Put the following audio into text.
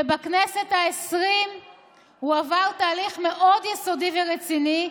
ובכנסת העשרים הוא עבר תהליך מאוד יסודי ורציני,